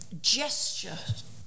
gesture